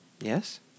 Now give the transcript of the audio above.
Yes